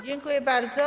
Dziękuję bardzo.